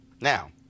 Now